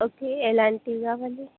okay ఎలాంటివి కావాలి